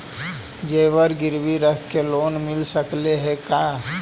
जेबर गिरबी रख के लोन मिल सकले हे का?